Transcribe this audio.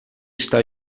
está